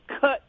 cut